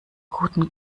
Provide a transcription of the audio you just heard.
guten